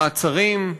מעצרים,